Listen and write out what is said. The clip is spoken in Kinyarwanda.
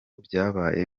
byabaye